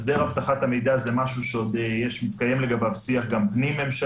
הסדר הבטחת המידע זה משהו שמתקיים לגביו שיח פנים-ממשלתי,